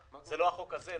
זה לא החוק הזה,